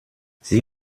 sie